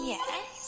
Yes